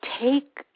take